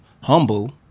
humble